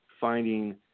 finding